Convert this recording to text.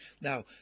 Now